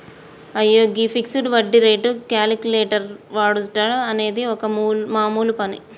అయ్యో గీ ఫిక్సడ్ వడ్డీ రేటు క్యాలిక్యులేటర్ వాడుట అనేది ఒక మామూలు పని